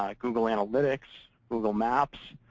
ah google analytics, google maps?